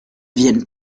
viennent